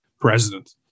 president